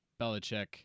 Belichick